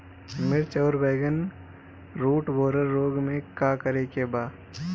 मिर्च आउर बैगन रुटबोरर रोग में का करे के बा?